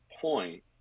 point